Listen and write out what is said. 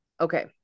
Okay